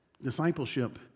discipleship